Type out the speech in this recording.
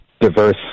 diverse